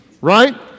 right